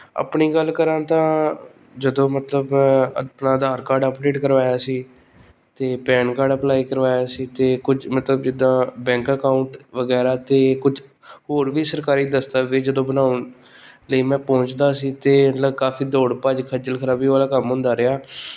ਆਪਣੀ ਗੱਲ ਕਰਾਂ ਤਾਂ ਜਦੋਂ ਮਤਲਬ ਆਪਣਾ ਆਧਾਰ ਕਾਰਡ ਅਪਡੇਟ ਕਰਵਾਇਆ ਸੀ ਅਤੇ ਪੈਨ ਕਾਰਡ ਅਪਲਾਈ ਕਰਵਾਇਆ ਸੀ ਅਤੇ ਕੁੱਝ ਮਤਲਬ ਜਿੱਦਾਂ ਬੈਂਕ ਅਕਾਊਂਟ ਵਗੈਰਾ ਅਤੇ ਕੁੱਝ ਹੋਰ ਵੀ ਸਰਕਾਰੀ ਦਸਤਾਵੇਜ ਜਦੋਂ ਬਣਾਉਣ ਲਈ ਮੈਂ ਪਹੁੰਚਦਾ ਸੀ ਤਾਂ ਮਤਲਬ ਕਾਫੀ ਦੌੜ ਭੱਜ ਖੱਜਲ ਖਰਾਬੀ ਵਾਲਾ ਕੰਮ ਹੁੰਦਾ ਰਿਹਾ